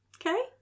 Okay